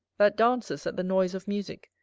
that dances at the noise of musick,